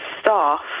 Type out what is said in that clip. staff